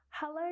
Hello